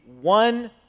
one